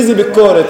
איזה ביקורת,